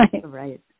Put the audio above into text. Right